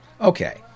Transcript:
Okay